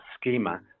schema